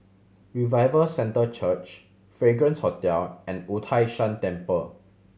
Revival Centre Church Fragrance Hotel and Wu Tai Shan Temple